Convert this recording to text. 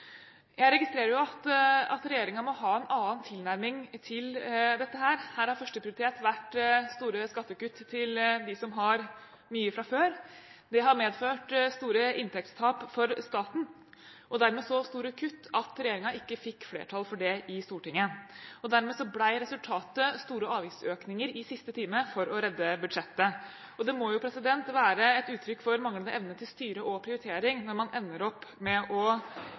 Jeg registrerer at regjeringen må ha en annen tilnærming til dette, her har førsteprioritet vært store skattekutt til dem som har mye fra før. Det har medført store inntektstap for staten og dermed så store kutt at regjeringen ikke fikk flertall for det i Stortinget. Dermed ble resultatet store avgiftsøkninger i siste time for å redde budsjettet. Det må jo være et uttrykk for manglende evne til styring og prioritering når man ender opp med å